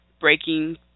breaking